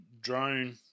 drone